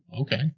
okay